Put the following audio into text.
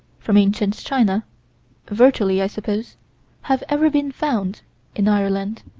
from ancient china virtually, i suppose have ever been found in ireland